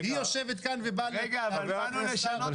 היא יושבת כאן ובאה --- י רגע,